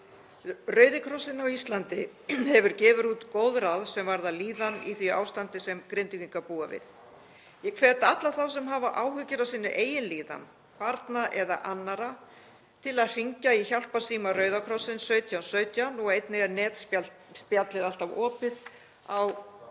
Rauði krossinn á Íslandi gefur út góð ráð sem varða líðan í því ástandi sem Grindvíkingar búa við. Ég hvet alla þá sem hafa áhyggjur af sinni eigin líðan, barna sinna eða annarra til að hringja í hjálparsíma Rauða krossins, 1717. Einnig er netspjallið alltaf opið á